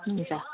हुन्छ